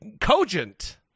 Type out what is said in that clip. cogent